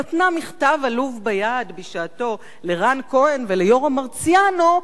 נתנה מכתב עלוב ביד בשעתו לרן כהן וליורם מרציאנו,